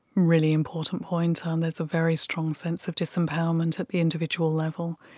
really important point. um there's a very strong sense of disempowerment at the individual level,